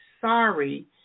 sorry